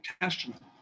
Testament